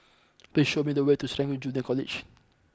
please show me the way to Serangoon Junior College